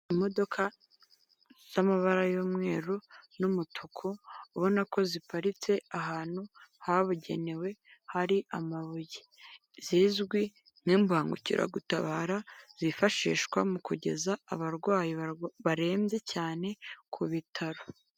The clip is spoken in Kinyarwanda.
Imodoka z'amabara y'umweru n'umutuku ubona ko ziparitse ahantu habugenewe hari amabuye, zizwi nk'imbangukiragutabara zifashishwa mu kugeza abarwayi barembye cyane ku ibitaro.